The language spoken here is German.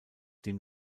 dem